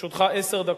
לרשותך עשר דקות.